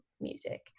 music